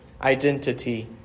identity